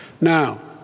Now